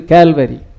Calvary